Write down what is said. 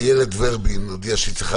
איילת ורבין נחמיאס הודיעה שהיא צריכה